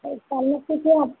తలనొప్పికి